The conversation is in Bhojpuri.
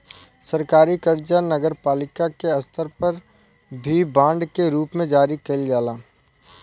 सरकारी कर्जा नगरपालिका के स्तर पर भी बांड के रूप में जारी कईल जाला